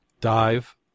dive